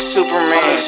Superman